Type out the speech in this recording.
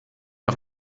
auf